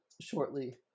shortly